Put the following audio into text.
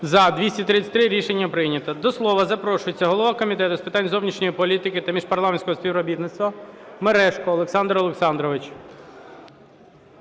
За-233 Рішення прийнято. До слова запрошується голова Комітету з питань зовнішньої політики та міжпарламентського співробітництва Мережко Олександр Олександрович.